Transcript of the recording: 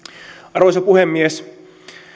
arvoisa puhemies